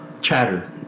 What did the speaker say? chatter